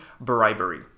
bribery